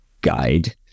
guide